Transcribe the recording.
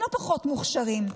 הם לא פחות מוכשרים.